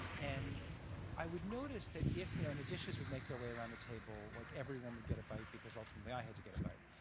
and i would notice that if you know and the dishes would make their way around the table, like everyone would get a bite because ultimately i had to get a bite.